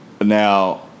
Now